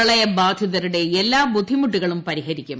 പ്രളയ ബാധിതരുടെ എല്ലാ ബുദ്ധിമുട്ടുകളും പരിഹരിക്കും